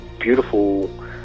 beautiful